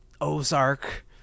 ozark